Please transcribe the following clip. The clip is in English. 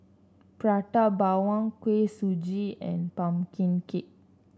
Prata Bawang Kuih Suji and pumpkin cake